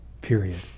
Period